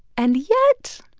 and yet,